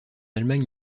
allemagne